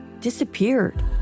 disappeared